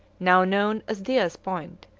now known as diaz point,